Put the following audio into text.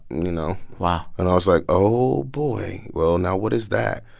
you know. wow and i was like, oh, boy. well, now what is that?